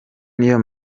niyo